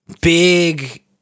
big